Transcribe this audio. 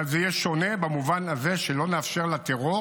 אבל זה יהיה שונה במובן הזה שלא נאפשר לטרור